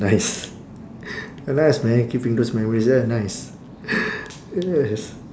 nice nice man keeping those memories ya nice yes